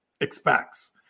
expects